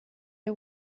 der